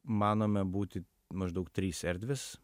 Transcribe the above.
manome būti maždaug trys erdvės